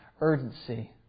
urgency